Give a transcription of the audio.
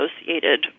associated